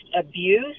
abuse